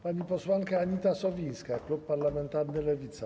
Pani posłanka Anita Sowińska, klub parlamentarny Lewica.